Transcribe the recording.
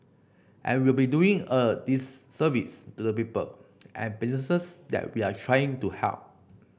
and we will be doing a disservice to the people and businesses that we are trying to help